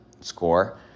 score